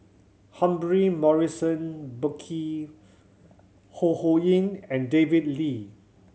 Humphrey Morrison Burkill Ho Ho Ying and David Lee